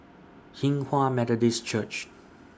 Hinghwa Methodist Church